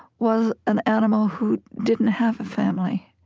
was an animal who didn't have a family,